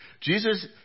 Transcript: Jesus